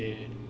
eh